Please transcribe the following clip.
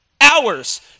hours